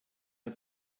der